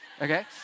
okay